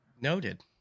Noted